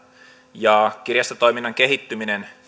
ja kirjastotoiminnan kehittyminen